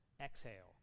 exhale